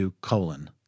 colon